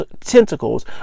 tentacles